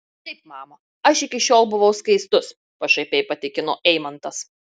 taip mama aš iki šiol buvau skaistus pašaipiai patikino eimantas